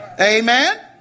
Amen